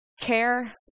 Care